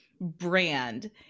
brand